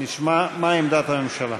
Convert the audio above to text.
נשמע מה עמדת הממשלה.